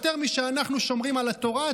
יותר משאנחנו שומרים על התורה,